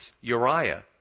Uriah